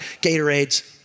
Gatorades